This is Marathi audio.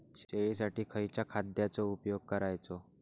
शेळीसाठी खयच्या खाद्यांचो उपयोग करायचो?